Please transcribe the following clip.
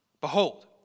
Behold